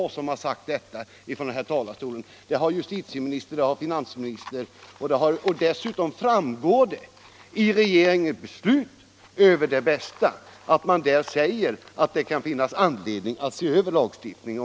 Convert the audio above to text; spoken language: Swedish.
Det är inte bara jag som uttalat mig i frågan här i riksdagen. Även justitieministern och finansministern har gjort det, och dessutom framgår det av beslutet i Det Bästa-ärendet att regeringen anser att en översyn är motiverad.